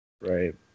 Right